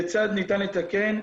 כיצד ניתן לתקן,